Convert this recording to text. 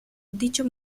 dicho